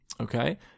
okay